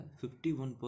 51%